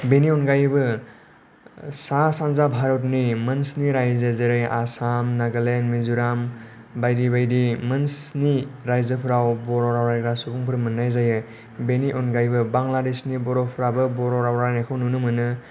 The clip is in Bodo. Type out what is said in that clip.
बेनि अनगायैबो सा सानजा भारतनि मोनस्नि रायजो जेरै आसाम नागालेण्ड मिज'राम बायदि बायदि मोनस्नि रायजोफोराव बर' राव रायग्रा सुबुंफोर मोननाय जायो बेनि अनगायैबो बांलादेशनि बर'फ्राबो बर' राव रायनायखौ नुनो मोनो